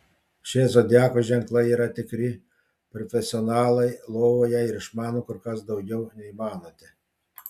šie zodiako ženklai yra tikri profesionalai lovoje ir išmano kur kas daugiau nei manote